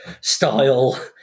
style